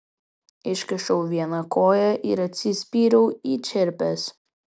iškišau vieną koją ir atsispyriau į čerpes